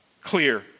Clear